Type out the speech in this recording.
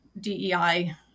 DEI